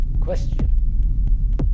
question